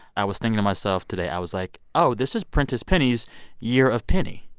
i was thinking to myself today, i was like, oh, this is prentice penny's year of penny